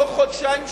בתוך חודשיים,